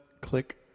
Click